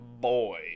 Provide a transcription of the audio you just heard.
Boy